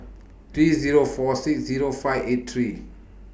three Zero four six Zero five eight three